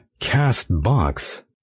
CastBox